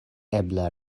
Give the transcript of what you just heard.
ebla